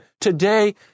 today